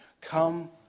come